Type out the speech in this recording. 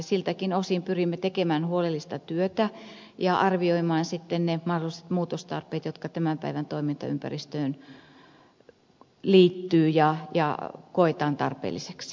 siltäkin osin pyrimme tekemään huolellista työtä ja arvioimaan sitten ne mahdolliset muutostarpeet jotka tämän päivän toimintaympäristöön liittyvät ja koetaan tarpeellisiksi